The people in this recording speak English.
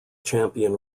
champion